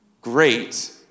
Great